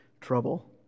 trouble